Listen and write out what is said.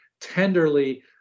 tenderly